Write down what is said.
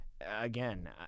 again